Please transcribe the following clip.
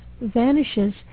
vanishes